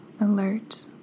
alert